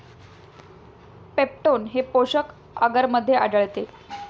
peptone हे पोषक आगरमध्ये आढळते